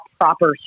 proper